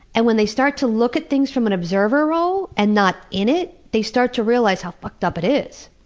and when they start to look at things from an observer role and not in it, they start to realize how fucked up it is.